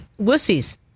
wussies